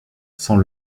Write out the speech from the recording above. sans